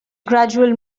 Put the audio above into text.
gradual